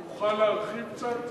אתה מוכן להרחיב קצת